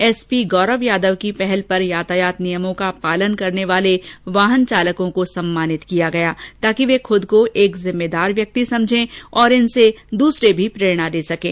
SP Gaurav Yadav की पहल पर यातायात नियमों का पालन करने वाले वाहन चालकों को सम्मानित किया गया ताकि वे खुद को एक जिम्मेदार व्यक्ति समझें और दूसरे भी इनसे प्रेरणा ले सकें